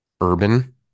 urban